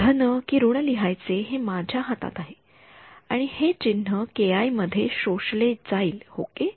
धन कि ऋण लिहायचे हे माझ्या हातात आहे आणि हे चिन्ह ki मध्ये शोषले जाईल ओके